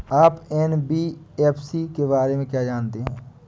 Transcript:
आप एन.बी.एफ.सी के बारे में क्या जानते हैं?